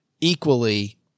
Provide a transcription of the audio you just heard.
equally